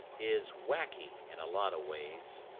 is whacky in a lot of ways.